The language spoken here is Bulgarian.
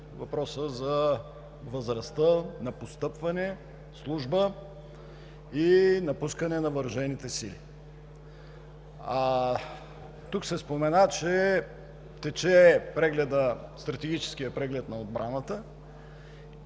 въпроса за възрастта на постъпване, служба и напускане на въоръжените сили. Тук се спомена, че тече Стратегическият преглед на отбраната.